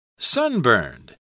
Sunburned